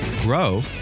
grow